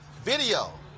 video